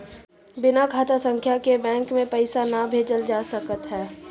बिना खाता संख्या के बैंक के पईसा ना भेजल जा सकत हअ